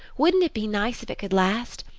wouldn't it be nice if it could last?